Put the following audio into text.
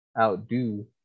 outdo